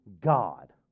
God